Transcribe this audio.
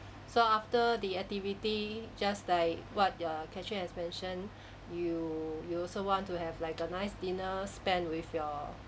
so after the activity just like what err catherine has mentioned you you also want to have like a nice dinner spend with your